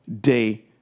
day